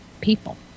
people